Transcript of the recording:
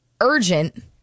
urgent